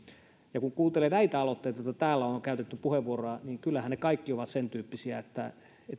kun kuuntelee näitä aloitteita joista täällä on käytetty puheenvuoroja niin kyllähän ne kaikki ovat sentyyppisiä että